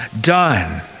done